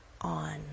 on